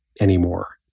anymore